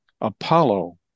Apollo